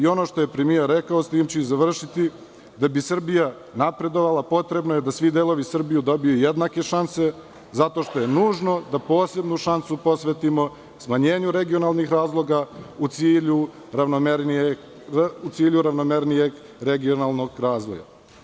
Ono što je premijer rekao, s tim ću i završiti, da bi Srbija napredovala potrebno je da svi delovi Srbije dobiju jednake šanse zato što je nužno da posebnu šansu posvetimo smanjenju regionalnih razloga u cilju ravnomernijeg regionalnog razvoja.